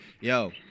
Yo